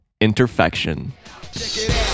Interfection